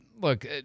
look